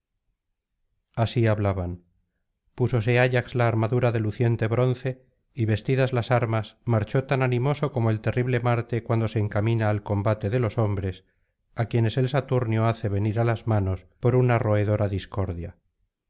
así hablaban púsose ayax la armadura de luciente bronce y vestidas las armas marchó tan animoso como el terrible marte cuando se encamina al combate de los hombres á quienes el saturnio hace venir á las manos por una roedora discordia